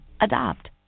Adopt